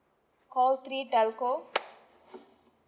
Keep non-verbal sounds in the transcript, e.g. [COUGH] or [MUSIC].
call three telco [NOISE]